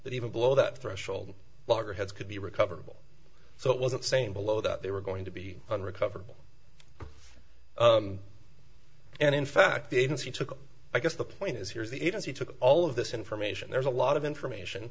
that even below that threshold loggerheads could be recoverable so it wasn't the same below that they were going to be unrecoverable and in fact the agency took i guess the point is here is the agency took all of this information there's a lot of information